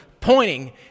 pointing